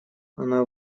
она